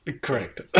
Correct